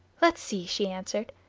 let's see, she answered.